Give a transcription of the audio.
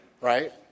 right